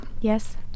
Yes